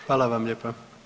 Hvala vam lijepa.